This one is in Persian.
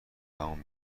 تمام